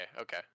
Okay